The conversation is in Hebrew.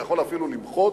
אתה יכול אפילו למחות,